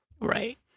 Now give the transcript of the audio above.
Right